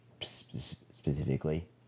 specifically